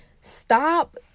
stop